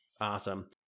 Awesome